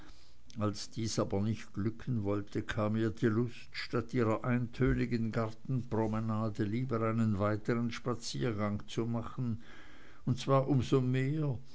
als dies aber nicht glücken wollte kam ihr die lust statt ihrer eintönigen gartenpromenade lieber einen weiteren spaziergang zu machen und zwar um so mehr